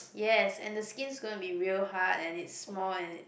yes and the skin's gonna be real hard and it's small and it